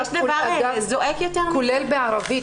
כולל בערבית.